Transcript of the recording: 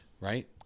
right